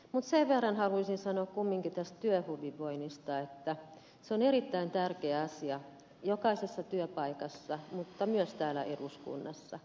mutta sen verran haluaisin sanoa kumminkin tästä työhyvinvoinnista että se on erittäin tärkeä asia jokaisessa työpaikassa mutta myös täällä eduskunnassa